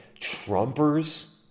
Trumpers